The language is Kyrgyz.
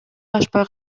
ашпай